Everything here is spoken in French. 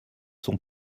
sont